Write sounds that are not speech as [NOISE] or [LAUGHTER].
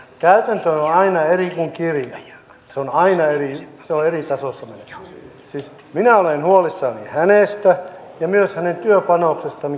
käytäntö on aina eri kuin kirja se on aina eri se on eri tasossa siis minä olen huolissani hänestä ja myös hänen työpanoksestaan [UNINTELLIGIBLE]